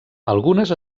algunes